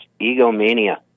egomania